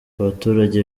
abaturage